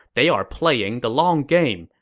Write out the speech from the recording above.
they are playing the long game.